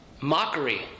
mockery